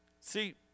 See